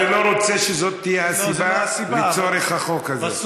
אני לא רוצה שזו תהיה הסיבה לצורך בחוק הזה.